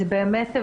זה באמת,